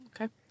Okay